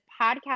podcast